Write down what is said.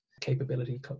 capability